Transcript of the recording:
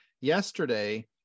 yesterday